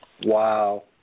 Wow